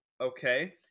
Okay